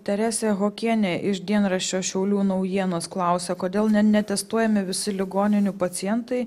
teresė hokienė iš dienraščio šiaulių naujienos klausia kodėl ne ne testuojami visi ligoninių pacientai